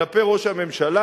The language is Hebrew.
כלפי ראש הממשלה,